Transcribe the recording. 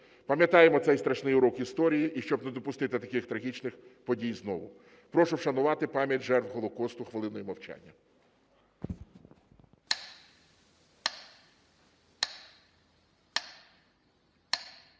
Пам'ятаймо цей страшний урок історії і щоб не допустити таких трагічних подій знову. Прошу вшанувати пам'ять жертв Голокосту хвилиною мовчання.